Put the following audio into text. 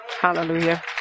Hallelujah